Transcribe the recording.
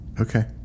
Okay